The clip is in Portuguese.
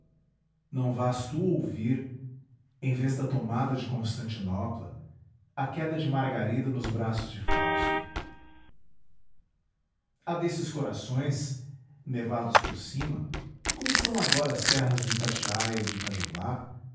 não vás tu ouvir em vez da tomada de constantinopla a queda de margarida nos braços de fausto há desses corações nevados por cima como estão agora as serras do itatiaia e de itajubá